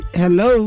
hello